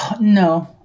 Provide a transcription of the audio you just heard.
No